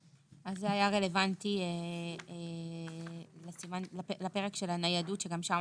נכון, זה היה רלוונטי לפרק של הניידות, שגם שם